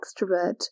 extrovert